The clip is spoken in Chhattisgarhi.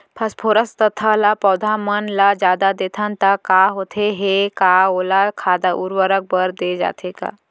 फास्फोरस तथा ल पौधा मन ल जादा देथन त का होथे हे, का ओला खाद उर्वरक बर दे जाथे का?